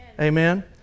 Amen